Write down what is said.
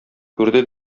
күрде